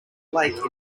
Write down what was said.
lake